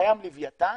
קיים לווייתן.